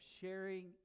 sharing